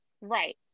right